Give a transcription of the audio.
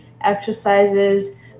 exercises